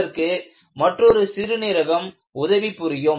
இதற்கு மற்றொரு சிறுநீரகம் உதவி புரியும்